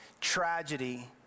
tragedy